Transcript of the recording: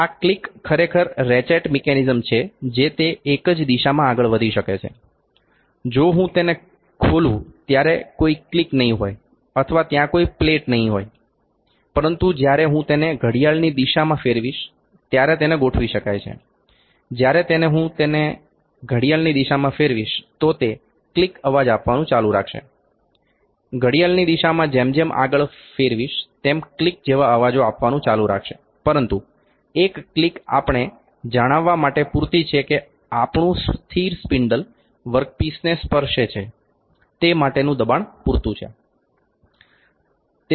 આ ક્લિક ખરેખર ratchet mechanism છે જે તે એક જ દિશામાં આગળ વધી શકે છે જો હું તેને ખોલું ત્યારે કોઇ ક્લિક નહી હોય અથવા ત્યાં કોઈ પ્લેટ નહી હોય પરંતુ જ્યારે હું તેને ઘડિયાળની દિશામાં ફેરવીશ ત્યારે તેને ગોઠવી શકાય છે જ્યારે તેને હું તેને ઘડિયાળની દિશામાં ફેરવીશ તો તે ક્લિક અવાજ આપવાનું ચાલુ રાખશે ઘડિયાળની દિશા જેમ જેમ આગળ ફેરવીશ તેમ ક્લિક જેવા અવાજો આપવાનું ચાલુ રાખશે પરંતુ એક ક્લિક આપણે જણાવવા માટે પૂરતી છે કે કે આપણું સ્થિર સ્પિન્ડલ વર્કપીસને સ્પર્શે છે તે માટેનું દબાણ પૂરતું છે